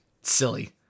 silly